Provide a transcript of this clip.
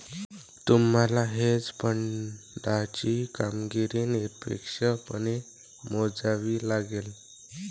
तुम्हाला हेज फंडाची कामगिरी निरपेक्षपणे मोजावी लागेल